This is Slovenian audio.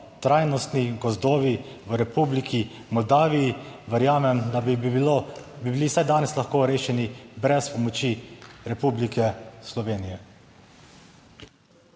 trajnostni gozdovi v Republiki Moldaviji verjamem, da bili vsaj danes lahko rešeni brez pomoči. Republike Slovenije.